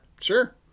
Sure